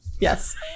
Yes